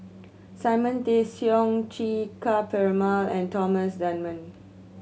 Simon Tay Seong Chee Ka Perumal and Thomas Dunman